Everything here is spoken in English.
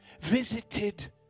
visited